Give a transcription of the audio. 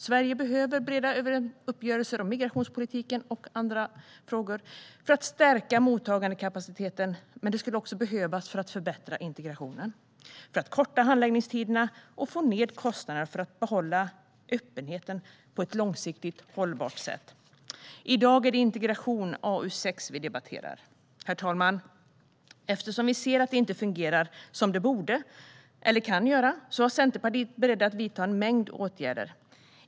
Sverige behöver breda uppgörelser om migrationspolitiken och andra områden för att stärka mottagandekapaciteten, men det skulle också behövas för att förbättra integrationen, för att korta handläggningstiderna och få ned kostnaderna och för att behålla öppenheten på ett långsiktigt hållbart sätt. I dag är det Integration , AU6, vi debatterar. Herr talman! Eftersom vi ser att det inte fungerar som det borde eller kan göra är vi i Centerpartiet beredda att vidta en mängd åtgärder.